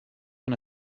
una